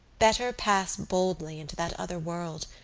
better pass boldly into that other world,